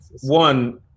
one